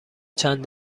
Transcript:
چند